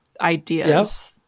ideas